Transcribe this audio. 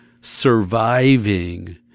surviving